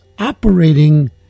operating